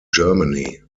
germany